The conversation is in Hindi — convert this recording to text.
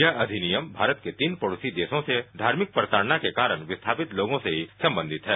ये अधिनियम भारत के तीन पडोसी देशों से धार्मिक प्रताडना के कारण विस्थापित लोगों से ही संबंधित है